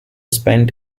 spent